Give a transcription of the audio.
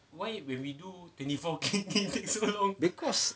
because